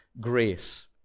grace